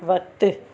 वक़्तु